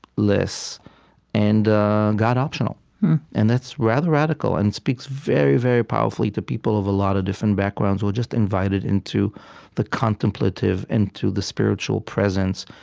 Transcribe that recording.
and god-optional and that's rather radical and speaks very, very powerfully to people of a lot of different backgrounds who are just invited into the contemplative, into the spiritual presence,